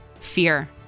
fear